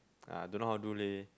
ah don't know how to do leh